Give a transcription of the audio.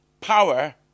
power